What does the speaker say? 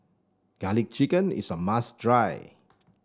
garlic chicken is a must dry